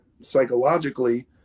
psychologically